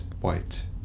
white